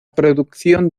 producción